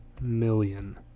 million